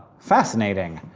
fascinating!